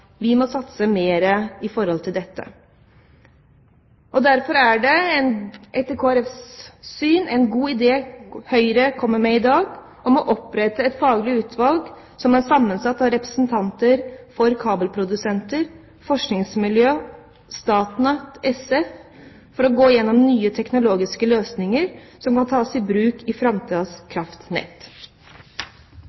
Vi må satse mer i forhold til dette. Derfor er det etter Kristelig Folkepartis syn en god idé Høyre kommer med i dag, om å opprette et faglig utvalg som er sammensatt av representanter for kabelprodusenter, forskningsmiljø og Statnett SF for å gå gjennom nye teknologiske løsninger som kan tas i bruk i